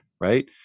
right